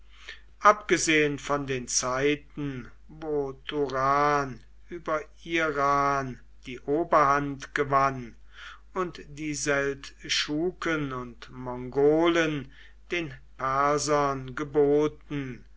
abgesehen von den zeiten wo turan über iran die oberhand gewann und die seldschuken und mongolen den persern geboten